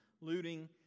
looting